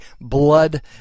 blood